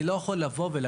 אני לא יכול לומר: